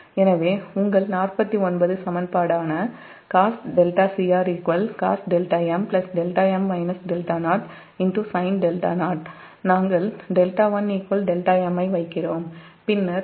எனவே உங்கள் 49 சமன்பாடான cos δcr cos δm δm δ0 sinδ0 நாங்கள் δ1 δm ஐ வைக்கிறோம் பின்னர் δm 𝝅 δ0